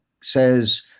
says